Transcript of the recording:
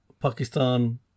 Pakistan